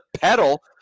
pedal